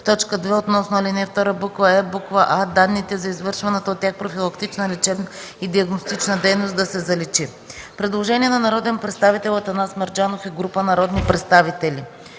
В т. 2 относно ал. 2, в буква „е” буква „а” „данните за извършваната от тях профилактична, лечебна и диагностична дейност” да се заличи. Предложение от народния представител Атанас Мерджанов и група народни представители.